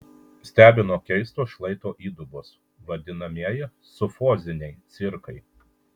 stebino keistos šlaito įdubos vadinamieji sufoziniai cirkai